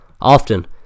Often